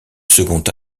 second